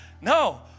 no